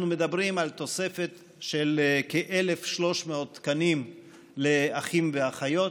אנחנו מדברים על תוספת של כ-1,300 תקנים לאחים ואחיות,